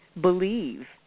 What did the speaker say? believe